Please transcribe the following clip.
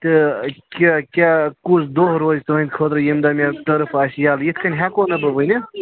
تہٕ کیٛاہ کیٛاہ کُس دۄہ روزِ تُہٕنٛدِ خٲطرٕ ییٚمہِ دۄہ مےٚ ٹٔرٕف آسہِ یَلہٕ یَتھٕ کٔنۍ ہٮ۪کو نہٕ بہٕ ؤنِتھ